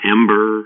Ember